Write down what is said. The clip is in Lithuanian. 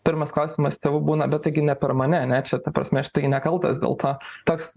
pirmas klausimas tėvų būna bet taigi ne per mane ane čia ta prasme aš tai gi nekaltas dėl to toks